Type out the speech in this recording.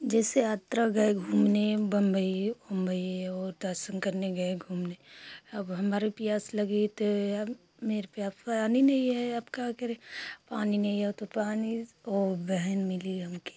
जैसे यात्रा गए घूमने बम्बई उम्बई और दर्शन करने गए घूमने अब हमारे प्यास लगी ते यन मेरे पर अब पानी नहीं है अब क्या करें पानी नहीं हो तो पानी वो बहहन मिली हम कहे